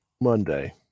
Monday